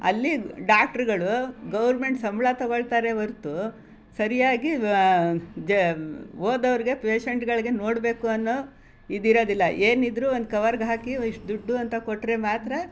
ಅಲ್ಲಿ ಡಾಕ್ಟ್ರುಗಳು ಗೌರ್ಮೆಂಟ್ ಸಂಬಳ ತಗೊಳ್ತಾರೆ ಹೊರ್ತು ಸರಿಯಾಗಿ ಜ ಹೋದವ್ರಿಗೆ ಪೇಷೆಂಟುಗಳ್ಗೆ ನೋಡಬೇಕು ಅನ್ನೋ ಇದಿರೋದಿಲ್ಲ ಏನಿದ್ದರೂ ಒಂದು ಕವರಿಗ್ ಹಾಕಿ ಇಷ್ಟು ದುಡ್ಡು ಅಂತ ಕೊಟ್ಟರೆ ಮಾತ್ರ